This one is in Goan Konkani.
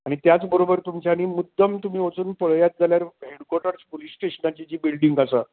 आनी त्याच बरेबर तुमच्यानी मुद्दम तुमी वचून पळयात जाल्यार हॅड कॉर्टस पुलीस स्टेशनाची जी बिल्डींग आसा